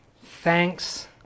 thanks